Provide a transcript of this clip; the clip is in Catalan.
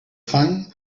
fang